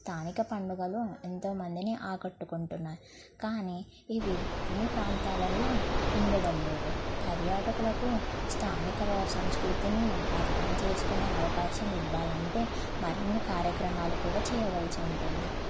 స్థానిక పండుగలు ఎంతోమందిని ఆకట్టుకుంటున్నాయి కానీ ఇవి అన్ని ప్రాంతాలలో ఉండడం లేదు పర్యాటకులకు స్థానిక సంస్కృతిని అర్థం చేసుకునే అవకాశం ఇవ్వాలంటే మరిన్ని కార్యక్రమాలు కూడా చేయవలసి ఉంటుంది